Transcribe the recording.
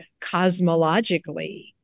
cosmologically